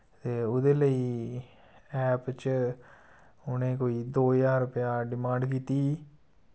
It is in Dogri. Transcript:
ते उ'दे लेई एप्प च उ'नैं कोई दो ज्हार रपेया डिमांड कीती ही